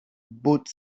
boat